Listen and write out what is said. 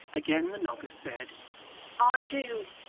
again the novice said i do